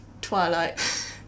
Twilight